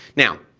now,